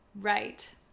Right